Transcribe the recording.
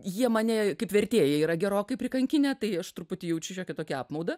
jie mane kaip vertėją yra gerokai prikankinę tai aš truputį jaučiu šiokį tokį apmaudą